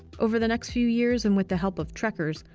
over the next few years, and with the help of trekkers,